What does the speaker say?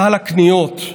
סל הקניות.